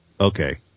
okay